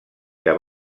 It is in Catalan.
que